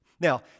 Now